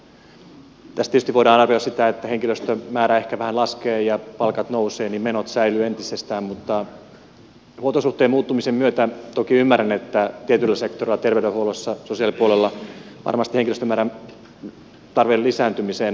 tässä tietysti voidaan arvioida sitä että kun henkilöstön määrä ehkä vähän laskee ja palkat nousevat niin menot säilyvät entisellään mutta huoltosuhteen muuttumisen myötä toki ymmärrän että tietyllä sektorilla terveydenhuollossa sosiaalipuolella varmasti henkilöstömäärän tarve lisääntymiseen on